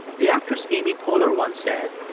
the actress amy poehler once said,